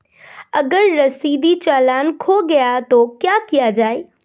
अगर रसीदी चालान खो गया तो क्या किया जाए?